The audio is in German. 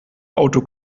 auto